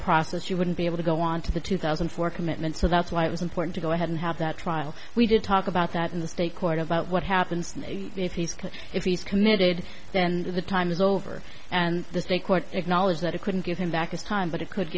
process you wouldn't be able to go on to the two thousand and four commitment so that's why it was important to go ahead and have that trial we did talk about that in the state court about what happens if he's cut if he's committed then to the time is over and the state court acknowledged that it couldn't give him back his time but it could